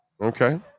Okay